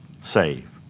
save